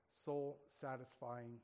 soul-satisfying